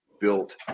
built